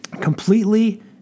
completely